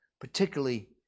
particularly